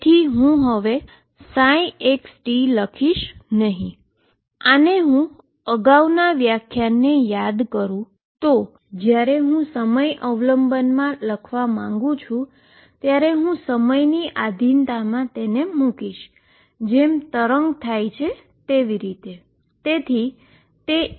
તેથી હું હવે x t લખીશ નહી અને આને હું અગાઉના વ્યાખાનને યાદ કરું તો જ્યારે હું ટાઈમ અવલંબન લખવા માંગું છું ત્યારે હું ટાઈમની આધિનતામા તેને હું મૂકીશ જેમ તરંગ થાય છે તેવી રીતે